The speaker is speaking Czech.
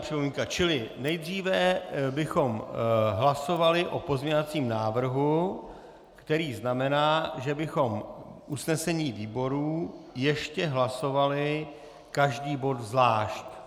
Čili nejdříve bychom hlasovali o pozměňovacím návrhu, který znamená, že bychom v usnesení výborů ještě hlasovali každý bod zvlášť.